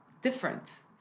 different